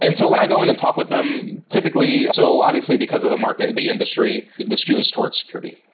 and so when i go in and talk with them, typically so obviously, because of the market, the industry, this queue is towards security.